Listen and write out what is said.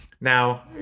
Now